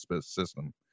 system